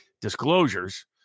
disclosures